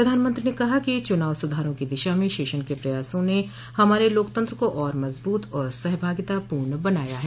प्रधानमंत्री ने कहा कि चुनाव सुधारों की दिशा में शेषन के प्रयासों ने हमारे लोकतंत्र को और मजबूत और सहभागितापूर्ण बनाया है